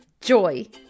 joy